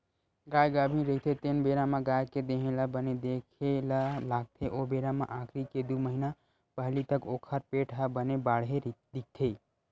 गाय गाभिन रहिथे तेन बेरा म गाय के देहे ल बने देखे ल लागथे ओ बेरा म आखिरी के दू महिना पहिली तक ओखर पेट ह बने बाड़हे दिखथे